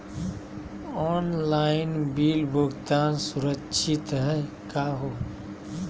Online bill भुगतान सुरक्षित हई का हो?